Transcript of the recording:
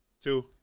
two